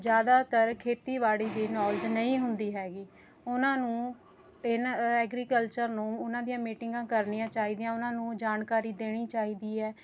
ਜ਼ਿਆਦਾਤਰ ਖੇਤੀਬਾੜੀ ਦੀ ਨੌਲਜ ਨਹੀਂ ਹੁੰਦੀ ਹੈਗੀ ਉਹਨਾਂ ਨੂੰ ਇਨ੍ਹਾਂ ਐਗਰੀਕਚਲਰ ਨੂੰ ਉਹਨਾਂ ਦੀਆਂ ਮੀਟਿੰਗਾਂ ਕਰਨੀਆਂ ਚਾਹੀਦੀਆਂ ਉਹਨਾਂ ਨੂੰ ਜਾਣਕਾਰੀ ਦੇਣੀ ਚਾਹੀਦੀ ਹੈ